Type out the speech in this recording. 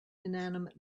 inanimate